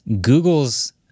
Google's